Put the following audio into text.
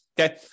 Okay